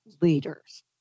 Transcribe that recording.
leaders